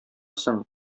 соң